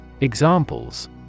Examples